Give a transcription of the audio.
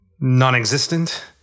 non-existent